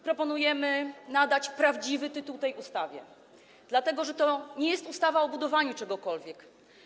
Proponujemy nadać prawdziwy tytuł tej ustawie, dlatego, że to nie jest ustawa o budowaniu czegokolwiek.